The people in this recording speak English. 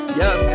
yes